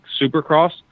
Supercross